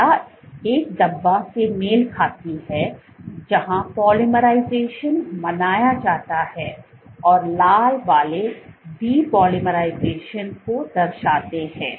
हरा एक धब्बे से मेल खाती है जहां पोलीमराइज़ेशन मनाया जाता है और लाल वाले डी पोलीमराइज़ेशन को दर्शाते हैं